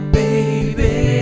baby